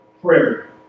Prayer